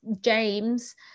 James